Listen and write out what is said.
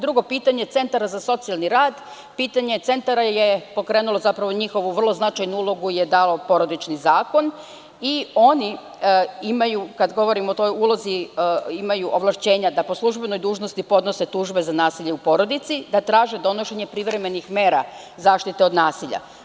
Drugo pitanje, pitanje centara za socijalni rad je pokrenulo njihovu značajnu ulogu koju im je dao Porodični zakon i oni imaju, kada govorim o toj ulozi, ovlašćenja da po službenoj dužnosti podnose tužbe za nasilje u porodici, da traže donošenje privremenih mera zaštite od nasilja.